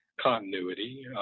continuity